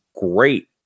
great